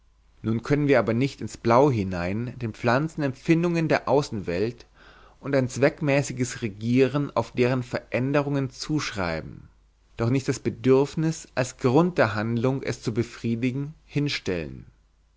nun können wir aber nicht ins blaue hinein den pflanzen empfindungen der außenwelt und ein zweckmäßiges reagieren auf deren veränderungen zuschreiben doch nicht das bedürfnis als grund der handlung es zu befriedigen hinstellen